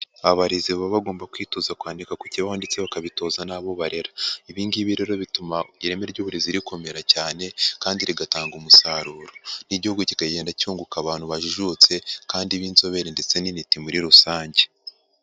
Abarezi baba bagomba kwitoza kwandika ku kibahu ndetse bakabitoza n'abo barera. Ibi ngibi rero bituma ireme ry'uburezi rikomera cyane, kandi rigatanga umusaruro. N'igihugu kikagenda cyunguka abantu bajijutse, kandi b'inzobere ndetse n'intiti muri rusange.